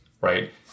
right